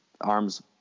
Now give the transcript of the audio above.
arms